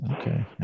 okay